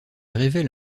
révèle